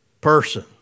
person